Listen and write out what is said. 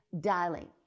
dialing